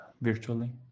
virtually